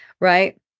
Right